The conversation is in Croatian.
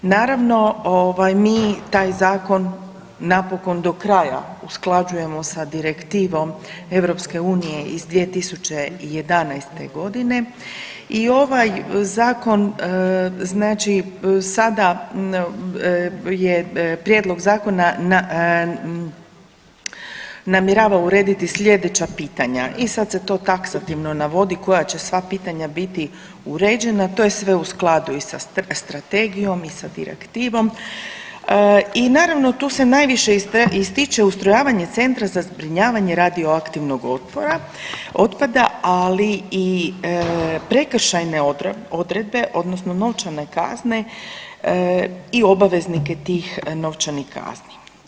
Naravno, mi taj Zakon napokon do kraja usklađujemo sa Direktivom Europske unije iz 2011. godine i ovaj Zakon znači, sada je prijedlog zakona namjerava urediti sljedeća pitanja, i sad se to taksativno navodi, koja će sva pitanja biti uređena, to je sve u skladu i sa Strategijom i sa Direktivom i naravno, tu se najviše ističe ustrojavanje Centra za zbrinjavanje radioaktivnog otpada, ali i prekršajne odredbe, odnosno novčane kazne i obavezanike tih novčanih kazni.